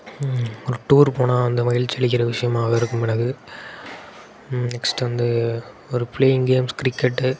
ஒரு டூர் போனால் வந்து மகிழ்ச்சி அளிக்கிற விஷயமாக இருக்கும் எனக்கு நெக்ஸ்டு வந்து ஒரு ப்ளேயிங் கேம்ஸ் கிரிக்கெட்டு